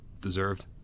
Deserved